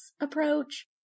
approach